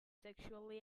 sexually